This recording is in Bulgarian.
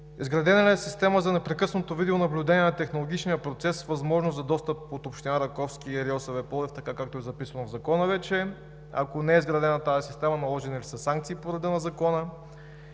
Изградена ли е система за непрекъснато видеонаблюдение на технологичния процес с възможност за достъп от община Раковски и РИОСВ – Пловдив, както е записано вече в закона? Ако не е изградена тази система, наложени ли са санкции по реда на закона?